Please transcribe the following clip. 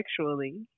sexually